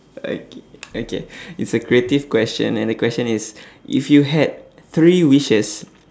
alright c~ okay it's a creative question and the question is if you had three wishes